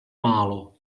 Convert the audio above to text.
málo